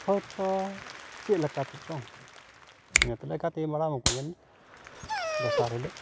ᱦᱚᱭᱛᱳ ᱪᱮᱫ ᱞᱮᱠᱟ ᱛᱮᱪᱚᱝ ᱤᱱᱟᱹ ᱛᱮᱞᱮ ᱜᱟᱛᱮ ᱵᱟᱲᱟ ᱢᱚᱠᱚᱧ ᱮᱱ ᱜᱮᱭᱟ ᱫᱚᱥᱟᱨ ᱦᱤᱞᱳ